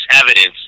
evidence